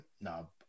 No